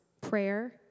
prayer